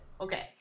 okay